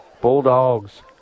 Bulldogs